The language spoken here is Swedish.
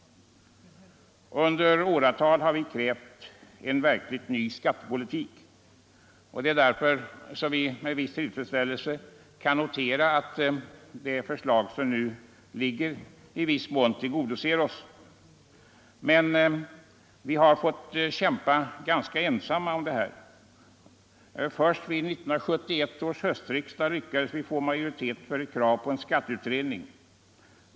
Under åratal har vi krävt en verkligt ny skattepolitik, och det är därför som vi med viss tillfredsställelse kan notera att det förslag som nu föreligger i viss mån tillgodoser oss. Men vi har fått kämpa ganska ensamma om detta. Först vid 1971 års höstriksdag lyckades vi få majoritet för ett krav på en skatteutredning.